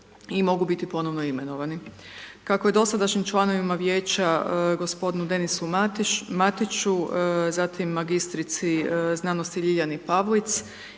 i mogu biti ponovno imenovani. Kako je dosadašnjim članovima Vijeća, gospodinu Denisu Matiću, zatim magistrici znanosti Ljiljani Pavlic